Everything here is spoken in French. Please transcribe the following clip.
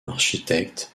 architectes